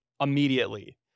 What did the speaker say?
immediately